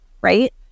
right